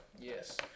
Yes